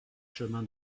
chemin